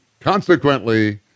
Consequently